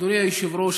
אדוני היושב-ראש,